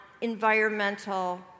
environmental